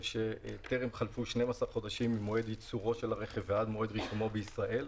שטרם חלפו 12 חודשים ממועד ייצורו של הרכב עד מועד רישומו בישראל.